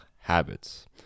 habits